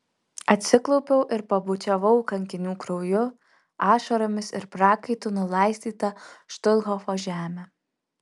atsiklaupiau ir pabučiavau kankinių krauju ašaromis ir prakaitu nulaistytą štuthofo žemę